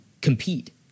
compete